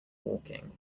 walking